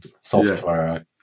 software